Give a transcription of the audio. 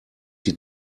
die